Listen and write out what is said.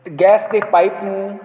gas ਦੇ pipe ਨੂੰ